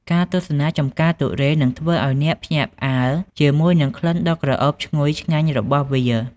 ការទស្សនាចម្ការទុរេននឹងធ្វើឱ្យអ្នកភ្ញាក់ផ្អើលជាមួយនឹងក្លិនដ៏ក្រអូបឈ្ងុយឆ្ងាញ់របស់វា។